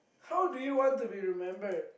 how do you want to be remebered